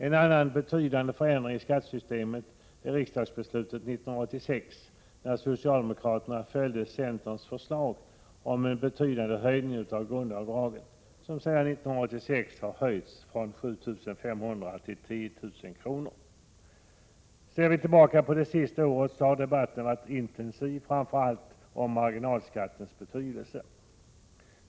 En annan betydande förändring i skattesystemet är riksdagsbeslutet 1986, när socialdemokraterna följde centerns förslag om en betydande höjning av grundavdraget som sedan 1986 har höjts från 7 500 till 10 000 kr. Ser vi tillbaka på det senaste året finner vi att debatten har varit intensiv, framför allt om marginalskattens betydelse.